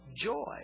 joy